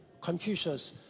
Confucius